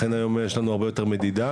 לכן יש לנו הרבה יותר מדידה.